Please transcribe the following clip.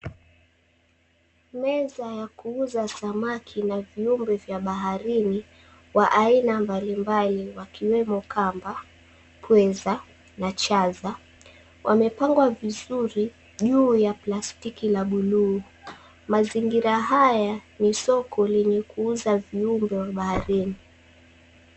Meza ya kuuza samaki na viumbe vya baharini wa aina mbalimbali wakiwemo kamba, pweza na chaza. Wamepangwa vizuri juu ya plastiki ya bluu. Mazingira haya ni soko lenye kuuza viumbe wa baharini.